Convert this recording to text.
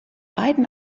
beiden